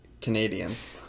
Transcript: Canadians